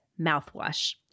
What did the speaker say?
mouthwash